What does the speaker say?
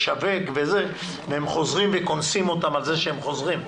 לשווק, והם חוזרים וקונסים אותם על זה שהם חוזרים.